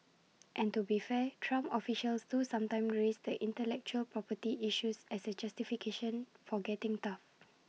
and to be fair Trump officials do sometimes raise the intellectual property issues as A justification for getting tough